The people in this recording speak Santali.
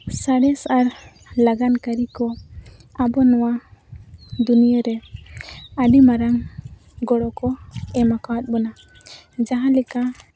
ᱥᱟᱬᱮᱥ ᱟᱨ ᱞᱟᱜᱟᱱ ᱠᱟᱹᱨᱤ ᱠᱚ ᱟᱵᱚ ᱱᱚᱣᱟ ᱫᱩᱱᱭᱟᱹ ᱨᱮ ᱟᱹᱰᱤ ᱢᱟᱨᱟᱝ ᱜᱚᱲᱚ ᱠᱚ ᱮᱢᱟᱠᱟᱣᱟᱫ ᱵᱚᱱᱟ ᱡᱟᱦᱟᱸᱞᱮᱠᱟ